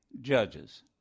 judges